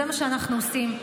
זה מה שאנחנו עושים,